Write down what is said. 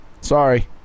Sorry